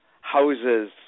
houses